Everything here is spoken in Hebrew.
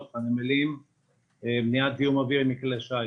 הנמלים למניעת זיהום אוויר מכלי שיט.